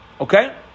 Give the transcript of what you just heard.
Okay